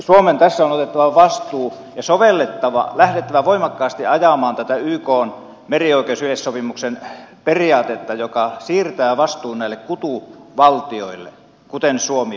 suomen tässä on otettava vastuu ja sovellettava lähdettävä voimakkaasti ajamaan tätä ykn merioikeusyleissopimuksen periaatetta joka siirtää vastuun näille kutuvaltioille kuten suomi